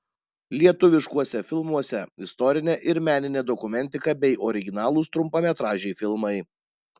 lietuviškuose filmuose istorinė ir meninė dokumentika bei originalūs trumpametražiai filmai